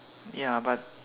ya but